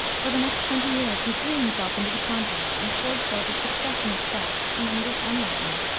for the next twenty years he threw himself into the contest, and poured forth a succession of tracts, in english and latin,